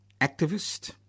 activist